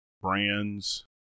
brands